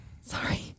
Sorry